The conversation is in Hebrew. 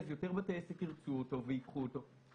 יותר בתי עסק ירצו אותו וייקחו אותו.